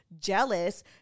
jealous